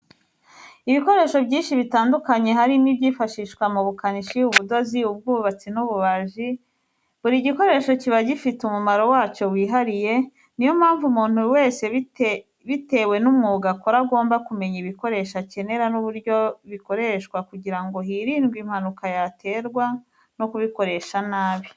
Ibikoresho byinshi bitandukanye harimi ibyifashishwa mu bukanishi, ubudozi, ubwubatsi n'ububaji, buri gikoresho kiba gifite umumaro wacyo wihariye ni yo mpamvu umuntu wese bitewe n'umwuga akora agomba kumenya ibikoresho akenera n'uburyo bikoreshwa kugira ngo hirindwe impanuka yaterwa no kubikoresha nabi.